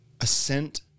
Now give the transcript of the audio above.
assent